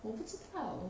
我不知道